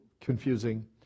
confusing